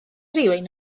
rywun